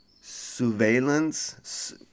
surveillance